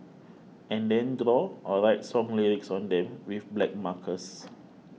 and then draw or write song lyrics on them with black markers